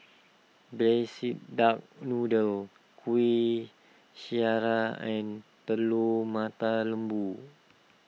Braised Duck Noodle Kueh Syara and Telur Mata Lembu